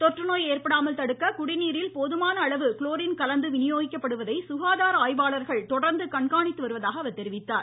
தொற்றுநோய் ஏற்படாமல் தடுக்க குடிநீரில் போதுமான அளவு குளோரின் கலந்து வினியோகிக்கப்படுவதை சுகாதார ஆய்வாளர்கள் தொடர்ந்து கண்காணித்து வருவதாக தெரிவித்தார்